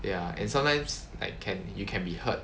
ya and sometimes like can you can be heard